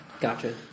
Gotcha